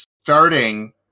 starting